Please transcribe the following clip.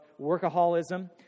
workaholism